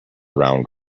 round